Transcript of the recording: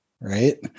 right